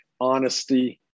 honesty